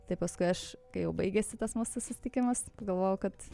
tai paskui aš kai jau baigėsi tas mūsų susitikimas galvojau kad